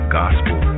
gospel